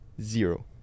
zero